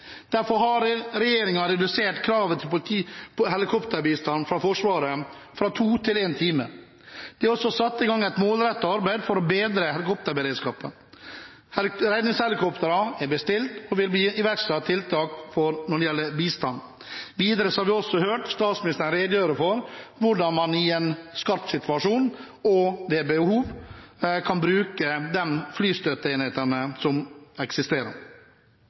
Derfor har regjeringen redusert kravet til helikopterbistand fra Forsvaret fra to timer til én time. Det er også satt i gang et målrettet arbeid for å bedre helikopterberedskapen. Redningshelikoptre er bestilt, og det vil bli iverksatt tiltak når det gjelder bistand. Videre har vi også hørt statsministeren redegjøre for hvordan man i en skarp situasjon og ved behov kan bruke de flystøtteenhetene som eksisterer.